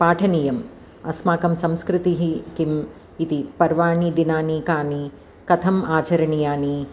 पाठनीयम् अस्माकं संस्कृतिः किम् इति पर्वाणि दिनानि कानि कथम् आचरणीयानि